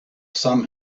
some